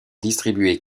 distribuée